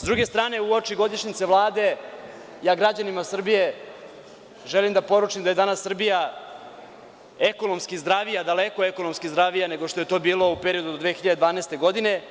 S druge strane, uoči godišnjice Vlade građanima Srbije želim da poručim da je danas Srbija ekonomski zdravija nego što je to bilo u periodu do 2012. godine,